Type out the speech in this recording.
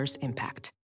impact